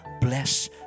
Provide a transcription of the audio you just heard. bless